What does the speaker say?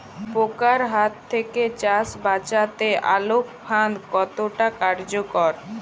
পোকার হাত থেকে চাষ বাচাতে আলোক ফাঁদ কতটা কার্যকর?